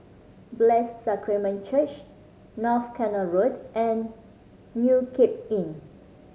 Blessed Sacrament Church North Canal Road and New Cape Inn